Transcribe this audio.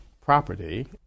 property